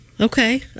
Okay